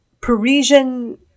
Parisian